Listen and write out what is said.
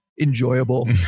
enjoyable